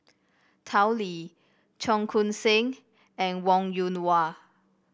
Tao Li Cheong Koon Seng and Wong Yoon Wah